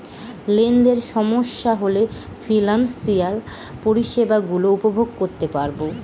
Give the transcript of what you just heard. লেনদেনে সমস্যা হলে ফিনান্সিয়াল পরিষেবা গুলো উপভোগ করতে পারবো